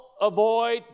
avoid